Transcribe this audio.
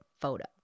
photo